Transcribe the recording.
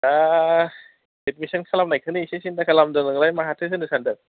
दा एडमिसन खालामनायखोनो एसे सिनथा खालामदों नोंलाय माहाथो होनो सानदों